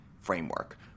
framework